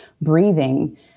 breathing